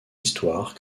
histoire